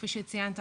כפי שציינת,